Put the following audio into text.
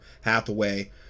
hathaway